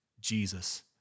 Jesus